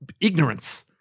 ignorance